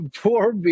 Poor